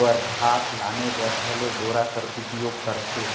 बर घास लाने बर घलो डोरा कर उपियोग करथे